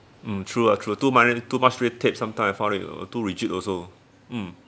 mm true ah true too mi~ too much red tape sometime I found it too rigid also mm